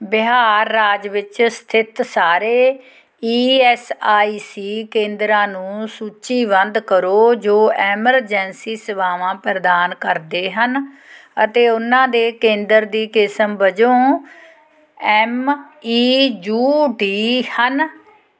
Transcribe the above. ਬਿਹਾਰ ਰਾਜ ਵਿੱਚ ਸਥਿਤ ਸਾਰੇ ਈ ਐੱਸ ਆਈ ਸੀ ਕੇਂਦਰਾਂ ਨੂੰ ਸੂਚੀਬੰਧ ਕਰੋ ਜੋ ਐਮਰਜੈਂਸੀ ਸੇਵਾਵਾਂ ਪ੍ਰਦਾਨ ਕਰਦੇ ਹਨ ਅਤੇ ਉਹਨਾਂ ਦੇ ਕੇਂਦਰ ਦੀ ਕਿਸਮ ਵਜੋਂ ਐੱਮ ਈ ਯੂ ਡੀ ਹਨ